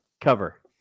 cover